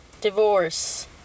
divorce